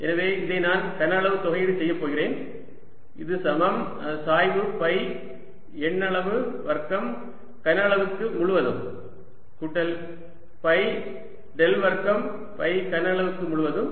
எனவே இதை நான் கன அளவு தொகையீடு செய்ய போகிறேன் இது சமம் சாய்வு ஃபை எண்ணளவு வர்க்கம் கன அளவுக்கு முழுவதும் கூட்டல் ஃபை டெல் வர்க்கம் ஃபை கன அளவுக்கு முழுவதும்